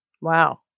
Wow